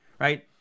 right